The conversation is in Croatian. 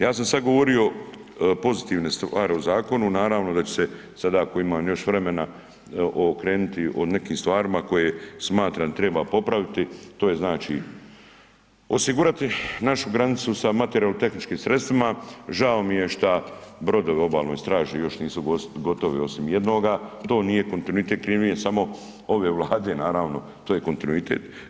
Ja sam sad govorio pozitivne stvari o zakonu, naravno da ću se sada ako imamo još vremena okrenuti o nekim stvarima koje smatram da treba popraviti, to je znači osigurati našu granicu sa materijalno-tehničkim sredstvima, žao mi je šta brodovi Obalne straže još nisu gotovi osim jednoga, to nije kontinuitet ... i samo ove Vlade naravno, to je kontinuitet.